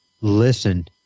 listen